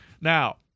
now